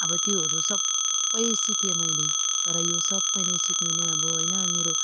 अब त्योहरू सबै सिकेँ मैले तर यो सबै मैले सिक्नु नै होइन मेरो